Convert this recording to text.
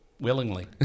willingly